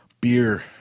beer